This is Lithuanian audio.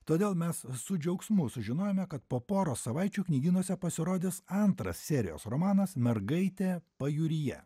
todėl mes su džiaugsmu sužinojome kad po poros savaičių knygynuose pasirodys antras serijos romanas mergaitė pajūryje